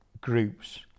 groups